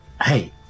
hey